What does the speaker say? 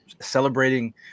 celebrating